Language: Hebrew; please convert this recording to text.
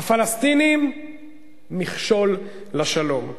הפלסטינים מכשול לשלום.